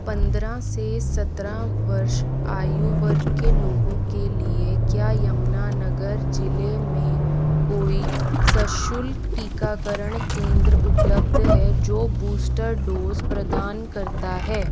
पंद्रह से सत्रह वर्ष आयु वर्ग के लोगों के लिए क्या यमुनानगर ज़िले में कोई सशुल्क टीकाकरण केंद्र उपलब्ध है जो बूस्टर डोज़ प्रदान करता है